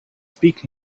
speak